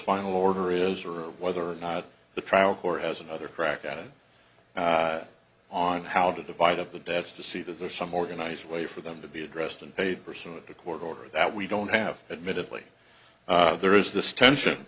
final order is or whether or not the trial court has another crack at it on how to divide up the debts to see that there's some organized way for them to be addressed and paid pursuant to court order that we don't have admittedly there is this tension